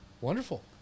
wonderful